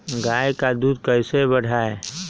गाय का दूध कैसे बढ़ाये?